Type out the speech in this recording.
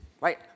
Right